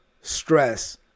stress